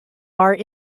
are